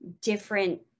different